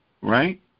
right